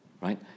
right